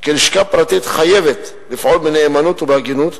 בוועדה הוא העברת תשלומים מהמדינה לרשויות המקומיות.